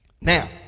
Now